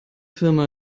firma